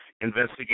Investigate